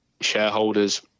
shareholders